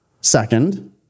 second